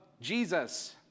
Jesus